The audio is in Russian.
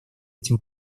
этим